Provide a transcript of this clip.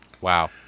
Wow